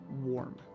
warm